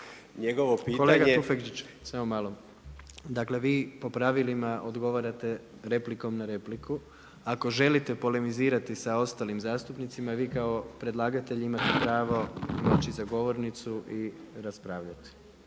Gordan (HDZ)** Kolega Tufekčić samo malo, dakle vi po pravilima odgovarate replikom na repliku. Ako želite polemizirati sa ostalim zastupnicima vi kao predlagatelj imate pravo doći za govornicu i raspravljati.